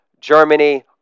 Germany